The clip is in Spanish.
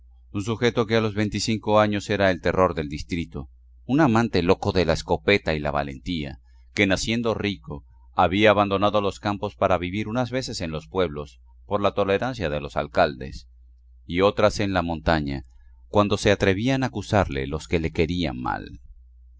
un sujeto que a los veinticinco años era el terror del distrito un amante loco de la escopeta y la valentía que naciendo rico había abandonado los campos para vivir unas veces en los pueblos por la tolerancia de los alcaldes y otras en la montaña cuando se atrevían a acusarle los que le querían mal